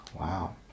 Wow